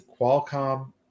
Qualcomm